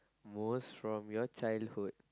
most from your childhood